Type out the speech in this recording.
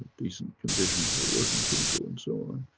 decent conditions for working people and so on.